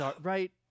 right